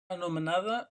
anomenada